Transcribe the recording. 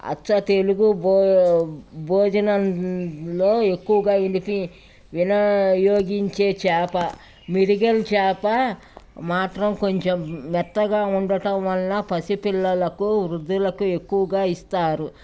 అచ్చ తెలుగు భో భోజనంలో ఎక్కువగా విలిపి వినియోగించే చేప మిరిగల్ చేప మాత్రం కొంచెం మెత్తగా ఉండటం వల్ల పసిపిల్లలకు వృద్ధులకు ఎక్కువగా ఇస్తారు